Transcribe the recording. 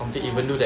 ya